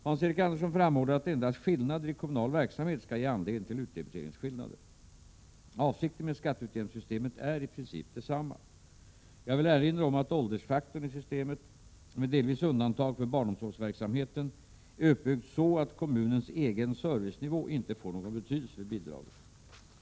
Hans-Eric Andersson framhåller att endast skillnader i kommunal verksamhet skall ge anledning till utdebiteringsskillnader. Avsikten med skatteutjämningssystemet är i princip detsamma. Jag vill erinra om att åldersfak torn i systemet, med delvis undantag för barnomsorgsverksamheten, är uppbyggd så att kommunens egen servicenivå inte får någon betydelse för bidraget.